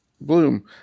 Bloom